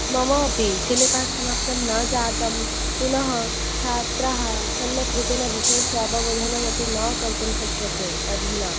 मम अपि सिलेबस् समाप्तं न जातं पुनः छात्राः सम्यक् रूपेण विषयस्य अवबोधनमपि न कर्तुं शक्यते अधुना